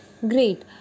Great